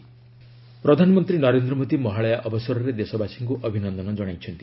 PM Mahalaya ପ୍ରଧାନମନ୍ତ୍ରୀ ନରେନ୍ଦ୍ର ମୋଦୀ ମହାଳୟା ଅବସରରେ ଦେଶବାସୀଙ୍କୁ ଅଭିନନ୍ଦନ କଣାଇଛନ୍ତି